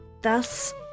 Thus